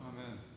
Amen